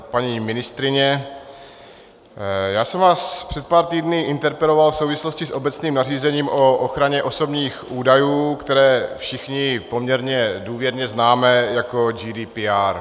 Paní ministryně, já jsem vás před pár týdny interpeloval v souvislosti s obecným nařízením o ochraně osobních údajů, které všichni poměrně důvěrně známe jako GDPR.